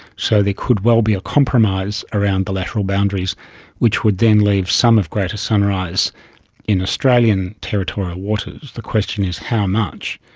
so there could well be a compromise around the lateral boundaries which would then leave some of greater sunrise in australian territorial waters. the question is how much,